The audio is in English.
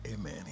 Amen